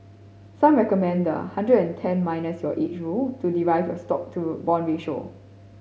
some recommend the a hundred and ten minus your age rule to derive your stock to bond ratio